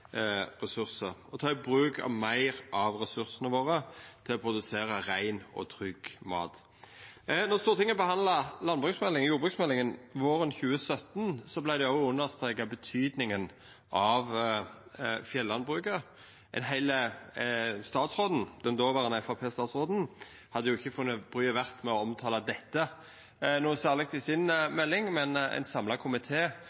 ressursar og ta i bruk meir av ressursane våre til å produsera rein og trygg mat. Då Stortinget behandla jordbruksmeldinga våren 2017, vart òg betydinga av fjellandbruket understreka. Den dåverande Framstegsparti-statsråden hadde ikkje funne det bryet verdt å omtala dette noko særleg i